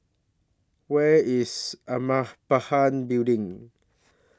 Where IS Building